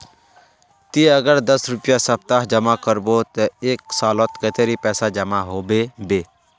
ती अगर दस रुपया सप्ताह जमा करबो ते एक सालोत कतेरी पैसा जमा होबे बे?